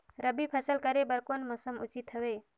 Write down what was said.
रबी फसल करे बर कोन मौसम उचित हवे?